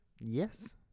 Yes